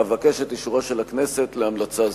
אבקש את אישורה של הכנסת להמלצה זו.